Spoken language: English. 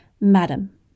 Madam